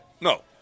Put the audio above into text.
No